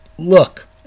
Look